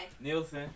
Nielsen